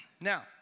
Now